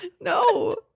no